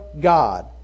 God